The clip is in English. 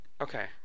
Okay